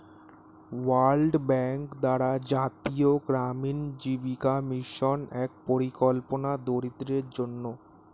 world bank দ্বারা জাতীয় গ্রামীণ জীবিকা মিশন এক পরিকল্পনা দরিদ্রদের জন্যে